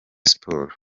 sports